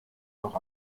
noch